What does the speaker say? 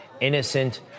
innocent